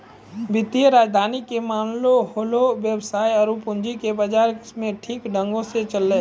वित्तीय राजधानी के माने होलै वेवसाय आरु पूंजी के बाजार मे ठीक ढंग से चलैय